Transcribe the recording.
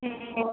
ए